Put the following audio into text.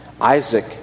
Isaac